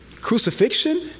crucifixion